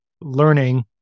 learning